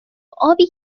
ابی